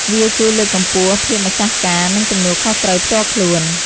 វាជួយលើកកម្ពស់ភាពម្ចាស់ការ និងទំនួលខុសត្រូវផ្ទាល់ខ្លួន។